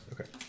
Okay